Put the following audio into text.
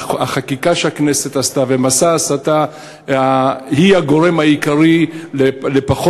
שהחקיקה שהכנסת עשתה ומסע ההסתה הם הגורם העיקרי לירידה במספר